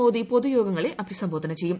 മോദി പൊതു യോഗങ്ങളെ അഭിസംബോധന ചെയ്യും